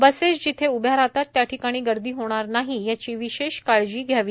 buses जिथे उभ्या राहतात त्याठिकाणी गर्दी होणार नाही याची विशेष काळजी घ्यावी